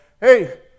hey